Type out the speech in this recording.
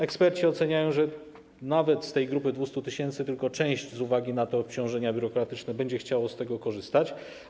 Eksperci oceniają, że nawet z tej grupy 200 tys. firm tylko część z uwagi na te obciążenia biurokratyczne będzie chciała z tego korzystać.